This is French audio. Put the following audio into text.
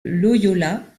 loyola